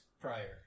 prior